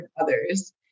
others